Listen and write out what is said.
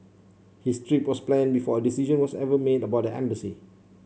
his trip was planned before a decision was ever made about the embassy